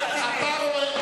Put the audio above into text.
אתה רואה,